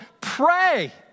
pray